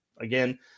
again